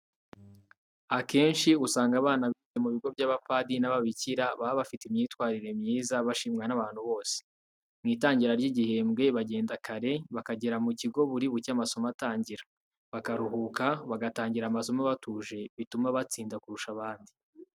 Akenshi usanga abana bize mu bigo by'abapadiri n'ababikira baba bafite imyitwarire myiza, bashimwa n'abantu bose. Mu itangira ry'igihembwe bagenda kare, bakagera mu kigo buri bucye amasomo atangira, bakaruhuka, bagatangira amasomo batuje, bituma batsinda kurusha abandi.